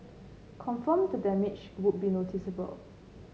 confirm the damage would be noticeable